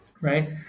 right